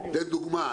לדוגמה,